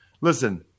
Listen